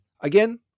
Again